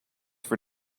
for